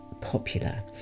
popular